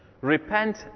Repent